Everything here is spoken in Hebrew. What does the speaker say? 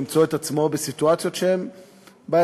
למצוא את עצמו בסיטואציות שהן בעייתיות.